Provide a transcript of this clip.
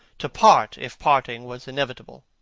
to part if parting was inevitable.